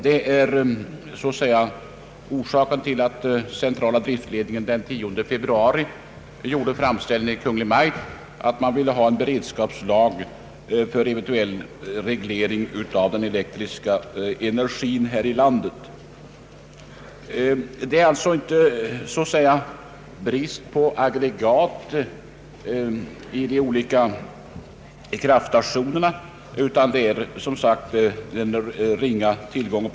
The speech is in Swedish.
Detta var orsakerna till att centrala driftledningen den 10 februari gjorde framställning till Kungl. Maj:t om att få en beredskapslag för eventuell reglering av förbrukningen av elektrisk kraft. Elransoneringen beror alltså inte på någon brist på aggregat i de olika kraftstationerna, utan på den ringa vattentillgången.